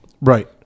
Right